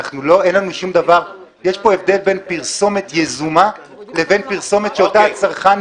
יש פה הבדל בין פרסומת יזומה לבין פרסומת שאותה הצרכן מבקש.